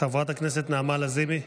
חברת הכנסת נעמה לזימי.